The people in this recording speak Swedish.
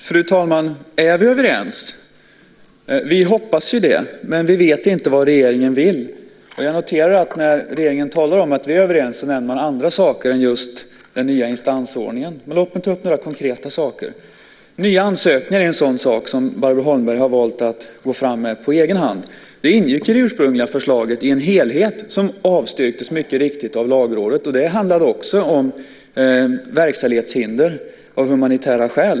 Fru talman! Är vi överens? Vi hoppas ju det, men vi vet inte vad regeringen vill. Jag noterar att när regeringen talar om att vi är överens nämner man andra saker än just den nya instansordningen. Men låt mig ta upp några konkreta saker. Nya ansökningar är en sådan sak som Barbro Holmberg har valt att gå fram med på egen hand. Det ingick i det ursprungliga förslaget i en helhet som mycket riktigt avstyrktes av Lagrådet. Det handlade också om verkställighetshinder av humanitära skäl.